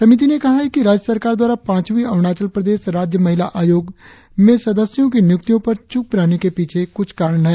समिति ने कहा है कि राज्य सरकार द्वारा पांचवी अरुणाचल प्रदेश राज्य महिला आयोग में सदस्यों की नियुक्तियों पर चूप रहने के पीछे कुछ कारण है